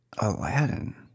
Aladdin